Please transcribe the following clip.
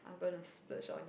not gonna splurge on it